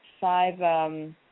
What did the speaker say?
five